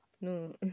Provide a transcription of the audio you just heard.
No